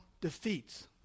defeats